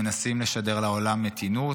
שמנסים לשדר לעולם מתינות,